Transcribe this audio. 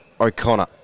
O'Connor